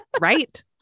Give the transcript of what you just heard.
right